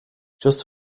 just